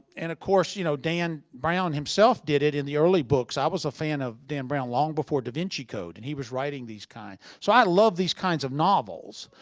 and of course you know dan brown, himself, did it in the early books. i was a fan of dan brown long before davinci code and he was writing these kind. so i love these kinds of novels.